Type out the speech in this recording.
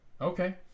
Okay